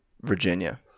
Virginia